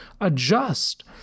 adjust